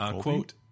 quote